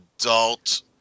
adult